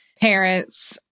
parents